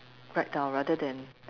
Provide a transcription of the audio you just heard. write down rather than